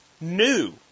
new